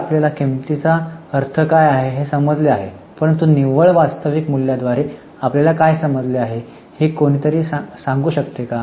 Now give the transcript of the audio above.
तर आपल्याला किंमतीचा अर्थ काय आहे हे समजले आहे परंतु निव्वळ वास्तविक मूल्याद्वारे आपल्याला काय समजले आहे की कोणीतरी ते काय आहे ते सांगू शकते